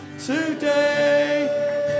Today